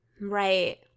Right